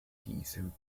diesem